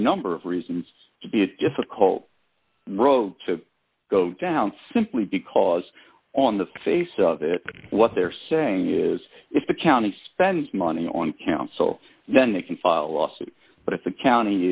number of reasons to be a difficult road to go down simply because on the face of it what they're saying is if the county spends money on council then they can file a lawsuit but if the county